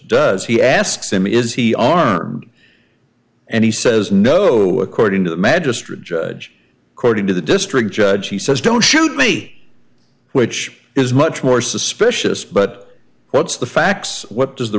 does he asks him is he our and he says no according to the magistrate judge according to the district judge he says don't shoot me which is much more suspicious but what's the facts what does the